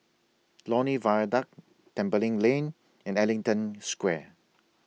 Lornie Viaduct Tembeling Lane and Ellington Square